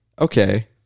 okay